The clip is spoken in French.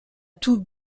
tout